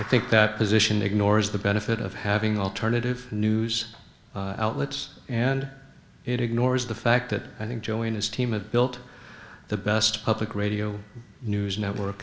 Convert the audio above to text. i think that position ignores the benefit of having alternative news outlets and it ignores the fact that i think showing his team that built the best public radio news network